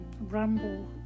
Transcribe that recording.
ramble